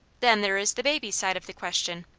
then there is the baby's side of the question.